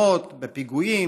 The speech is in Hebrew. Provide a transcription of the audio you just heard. הפצועים,